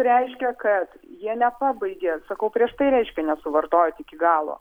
reiškia kad jie nepabaigė sakau prieš tai reiškia nesuvartojot iki galo